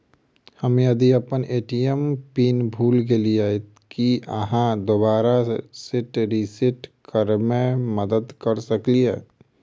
हम्मे यदि अप्पन ए.टी.एम पिन भूल गेलियै, की अहाँ दोबारा सेट रिसेट करैमे मदद करऽ सकलिये?